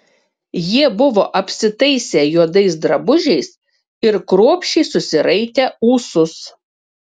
jie buvo apsitaisę juodais drabužiais ir kruopščiai susiraitę ūsus